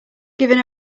given